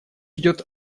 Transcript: идет